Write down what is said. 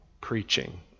preaching